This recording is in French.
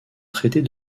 traités